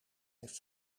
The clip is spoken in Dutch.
heeft